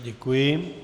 Děkuji.